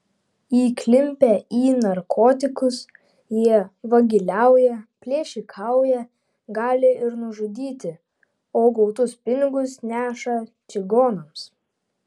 įklimpę į narkotikus jie vagiliauja plėšikauja gali ir nužudyti o gautus pinigus neša čigonams